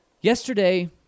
Yesterday